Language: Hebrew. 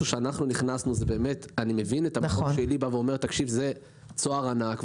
אני מבין את האמירה של עלי שזה צוהר ענק,